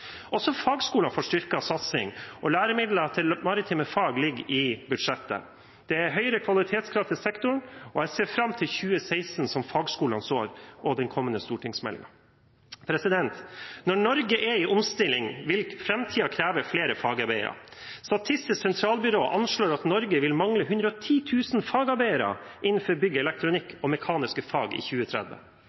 Også fagskolene får en styrket satsing. Læremidlene til maritime fag ligger i budsjettet. Det er høyere kvalitetskrav til sektoren, og jeg ser fram til 2016 som fagskolenes år og til den kommende stortingsmeldingen. Når Norge er i omstilling, vil framtiden kreve flere fagarbeidere. Statistisk sentralbyrå anslår at Norge vil mangle 110 000 fagarbeidere innenfor bygg-, elektronikk- og mekaniske fag i 2030.